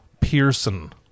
Pearson